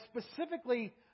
specifically